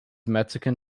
mexican